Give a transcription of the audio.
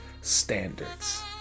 standards